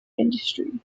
industry